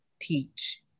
teach